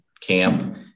camp